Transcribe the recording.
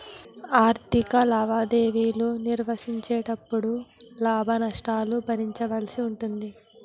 ఆర్ధిక లావాదేవీలు నిర్వహించేటపుడు లాభ నష్టాలను భరించవలసి ఉంటాది